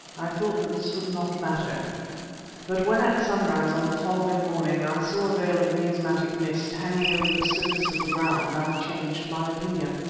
i thought that this would not matter but when at sunrise on the following morning i saw a veil of miasmatic mist hanging over the surface of the ground, i changed my opinion.